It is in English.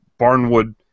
Barnwood